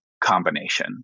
combination